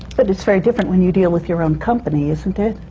but it's very different when you deal with your own company, isn't it?